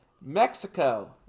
Mexico